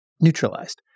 neutralized